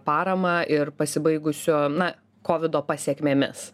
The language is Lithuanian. paramą ir pasibaigusio na kovido pasekmėmis